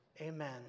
amen